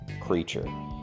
creature